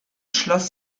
schloss